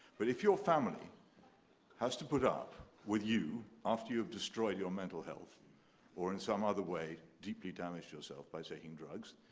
but if your family has to put up with you after you've destroyed your mental health or and some other way deeply damaged yourself by taking drugs,